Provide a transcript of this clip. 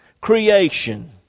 creation